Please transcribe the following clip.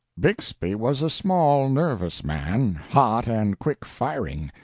bixby was a small, nervous man, hot and quick-firing.